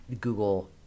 Google